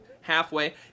halfway